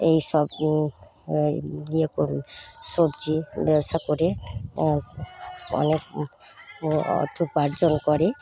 এইসব ইয়ে করে সবজি ব্যবসা করে আস অনেক অর্থ উপার্জন করে